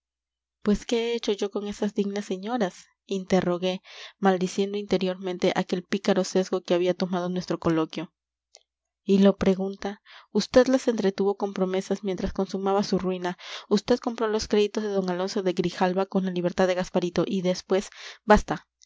pues qué he hecho yo con esas dignas señoras interrogué maldiciendo interiormente aquel pícaro sesgo que había tomado nuestro coloquio y lo pregunta vd las entretuvo con promesas mientras consumaba su ruina usted compró los créditos de d alonso de grijalva con la libertad de gasparito y después basta basta